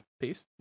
peace